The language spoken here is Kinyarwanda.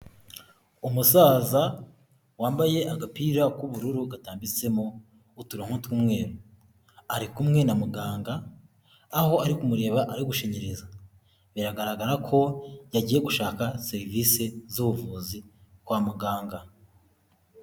Umusaza wambaye agapira k'ubururu gatanmbitsemo uturungo tw'umweru, ari kumwe na muganga aho ari kumureba ari gushinyiriza, biragaragara ko yagiye gushaka serivisi z'ubuvuzi kwa muganga.